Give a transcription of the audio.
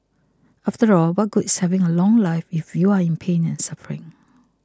after all what good is having a long life if you're in pain and suffering